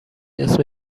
اسم